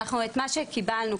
את מה שקיבלנו,